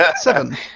Seven